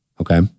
Okay